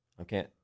Okay